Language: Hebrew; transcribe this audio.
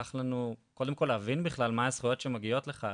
לקח לנו קודם כל להבין בכלל מה הזכויות שמגיעות לך,